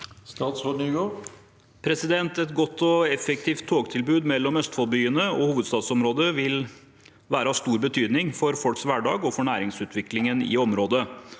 Jon-Ivar Nygård Et godt og ef- fektivt togtilbud mellom Østfold-byene og hovedstadsområdet vil være av stor betydning for folks hverdag og for næringsutviklingen i området.